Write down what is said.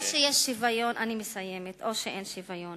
או שיש שוויון או שאין שוויון.